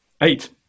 Eight